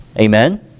Amen